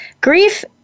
grief